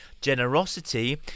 generosity